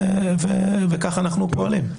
וכך אנחנו פועלים.